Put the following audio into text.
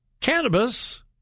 Cannabis